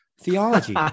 theology